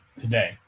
today